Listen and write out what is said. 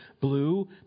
blue